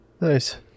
Nice